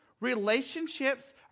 Relationships